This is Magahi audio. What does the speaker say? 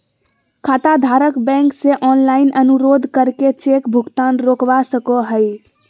खाताधारक बैंक से ऑनलाइन अनुरोध करके चेक भुगतान रोकवा सको हय